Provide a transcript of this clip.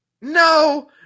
No